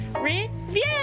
review